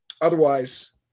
Otherwise